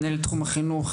מנהל תחום החינוך,